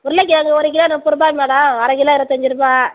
உருளைக்கிலங்கு ஒரு கிலோ முப்பதுருபாங்க மேடம் அரைக்கிலோ இருபத்தஞ்சிருபா